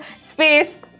space